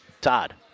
Todd